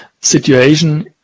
situation